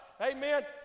amen